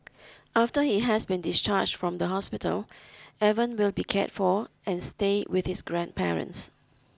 after he has been discharged from the hospital Evan will be cared for and stay with his grandparents